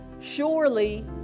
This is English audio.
surely